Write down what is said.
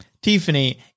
Tiffany